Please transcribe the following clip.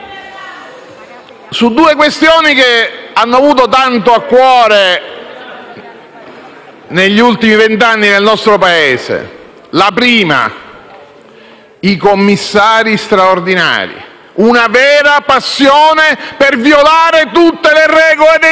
Su due questioni che hanno avuto tanto a cuore negli ultimi vent'anni nel nostro Paese. La prima è quella dei commissari straordinari: una vera passione per violare tutte le regole del